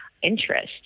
Interest